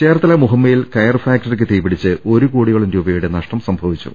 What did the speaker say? ചേർത്തല മുഹമ്മയിൽ കയർ ഫാക്ടറിക്ക് തീപിടിച്ച് ഒരുകോടിയോളം രൂപയുടെ നഷ്ടം സംഭവിച്ചു